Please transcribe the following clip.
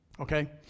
Okay